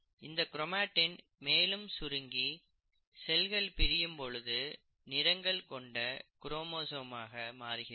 இந்த கிரோமேடின் மேலும் சுருங்கி செல்கள் பிரியும் பொழுது நிறங்கள் கொண்ட குரோமோசோம் ஆக மாறுகிறது